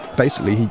basically,